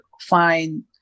find